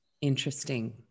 Interesting